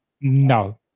No